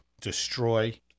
destroy